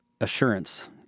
assurance